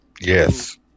Yes